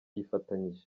yifatanyije